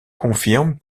confirme